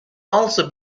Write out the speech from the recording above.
also